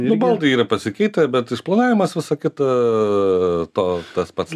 baldai yra pasikeitę bet išplanavimas visa kita to tas pats